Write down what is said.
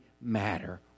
matter